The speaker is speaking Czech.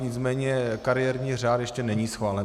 Nicméně kariérní řád ještě není schválen.